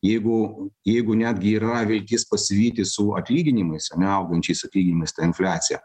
jeigu jeigu netgi yra viltis pasivyti su atlyginimais ane augančiais atlyginimais tą infliaciją